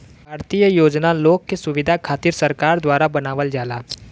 भारतीय योजना लोग के सुविधा खातिर भारत सरकार द्वारा बनावल जाला